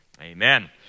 Amen